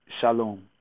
Shalom